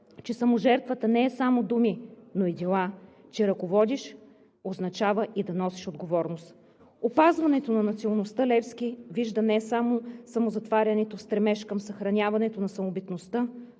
че саможертвата не е само думи, но и дела, че да ръководиш означава и да носиш отговорност. Опазването на националността Левски вижда не само в самозатварянето, в стремеж към съхраняване на самобитността,